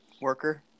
worker